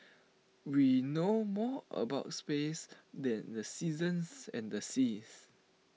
we know more about space than the seasons and the seas